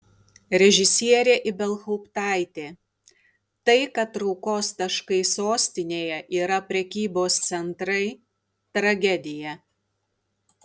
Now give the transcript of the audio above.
režisierė ibelhauptaitė tai kad traukos taškai sostinėje yra prekybos centrai tragedija